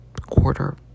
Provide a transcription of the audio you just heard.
quarter